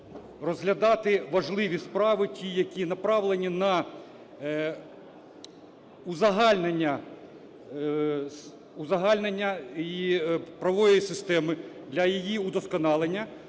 розглядати важливі справи ті, які направлені на узагальнення правової системи, для її удосконалення,